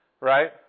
right